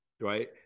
right